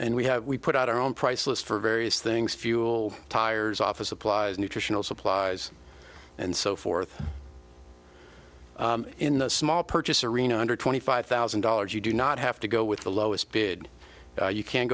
and we have we put out our own price list for various things fuel tires office supplies nutritional supplies and so forth in the small purchaser arena under twenty five thousand dollars you do not have to go with the lowest bid you can